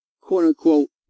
quote-unquote